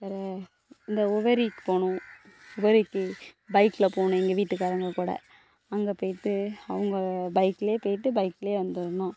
வேற இந்த உபரிக்கு போகணும் உபரிக்கு பைக்ல போகணும் எங்கள் வீட்டுக்காரங்கக்கூட அங்கே போய்ட்டு அவுங்க பைக்லயே போய்ட்டு பைக்லயே வந்துடணும்